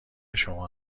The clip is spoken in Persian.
شما